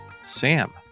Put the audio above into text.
Sam